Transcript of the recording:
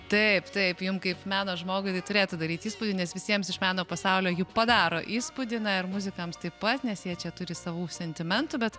taip taip jum kaip meno žmogui tai turėtų daryt įspūdį nes visiems iš meno pasaulio ji padaro įspūdį na ir muzikams taip pat nes jie čia turi savų sentimentų bet